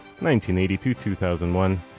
1982-2001